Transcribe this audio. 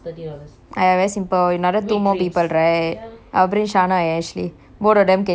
very simple another two more people right I'll bring shaana and ashley both of them can eat very well